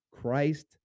Christ